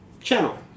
Channel